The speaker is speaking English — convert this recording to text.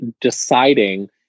deciding